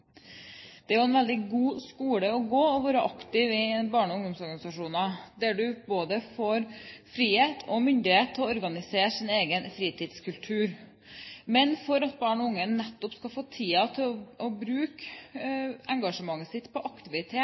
å være aktiv i barne- og ungdomsorganisasjoner er en veldig god skole å gå. Der får du både frihet og myndighet til å organisere din egen fritidskultur. Men for at barn og unge skal få tid til å bruke engasjementet sitt på aktivitet